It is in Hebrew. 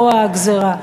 רוע הגזירה.